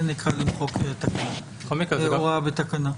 זה נקרא למחוק תקנה, הוראה ותקנה.